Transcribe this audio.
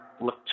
look